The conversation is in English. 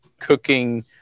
cooking